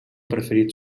preferit